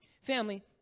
Family